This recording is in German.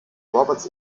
roberts